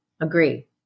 Agree